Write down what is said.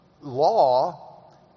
law